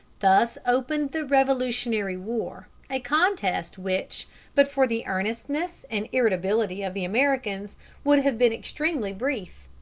thus opened the revolutionary war a contest which but for the earnestness and irritability of the americans would have been extremely brief.